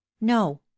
no